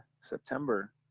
September